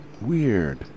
Weird